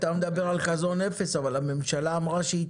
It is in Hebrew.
אתה מדבר על חזון אפס אבל הממשלה אמרה שהיא